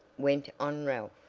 went on ralph.